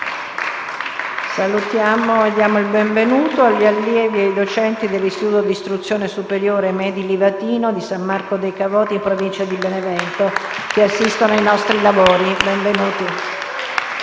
Salutiamo e diamo il benvenuto agli allievi e ai docenti dell'Istituto di istruzione superiore «Medi-Livatino» di San Marco dei Cavoti, in provincia di Benevento, che stanno assistendo ai nostri lavori. Benvenuti.